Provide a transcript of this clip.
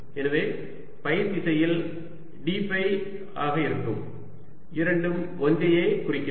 எனவே ஃபை திசையில் d phi ஆக இருக்கும் இரண்டும் ஒன்றையே குறிக்கின்றன